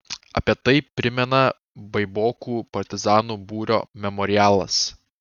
apie tai primena baibokų partizanų būrio memorialas